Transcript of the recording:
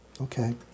Okay